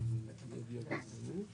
אני מנכ"ל חברת ביו לאב בירושלים ובאשקלון.